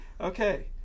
Okay